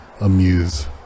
amuse